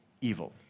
evil